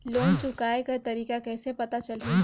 Loan चुकाय कर तारीक कइसे पता चलही?